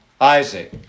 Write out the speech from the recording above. Isaac